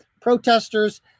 Protesters